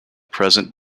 present